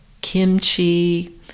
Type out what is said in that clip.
kimchi